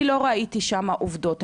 אני לא ראיתי שם עובדות,